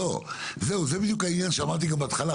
זה בדיוק העניין שאמרתי לכם בהתחלה.